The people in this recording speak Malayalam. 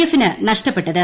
എഫിന് നഷ്ടപ്പെട്ടത്